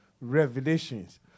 revelations